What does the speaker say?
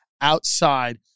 outside